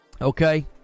Okay